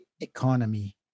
economy